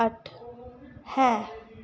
ਅੱਠ ਹੈ